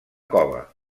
cova